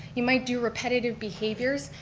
you might do repetitive behaviors.